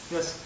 Yes